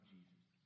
Jesus